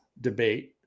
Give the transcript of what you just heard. debate